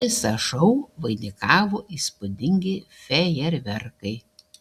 visą šou vainikavo įspūdingi fejerverkai